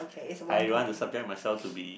I don't want to subject myself to be